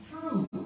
true